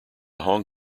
hong